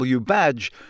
badge